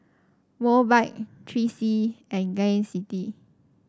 Mobike Three C E and Gain City